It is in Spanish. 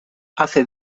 hace